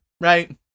Right